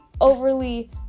overly